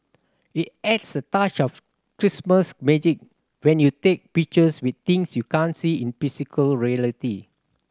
it adds a touch of Christmas magic when you take pictures with things you can't see in physical reality